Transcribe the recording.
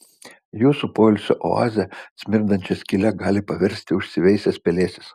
jūsų poilsio oazę smirdančia skyle gali paversti užsiveisęs pelėsis